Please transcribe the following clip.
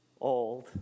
old